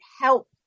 help